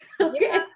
Okay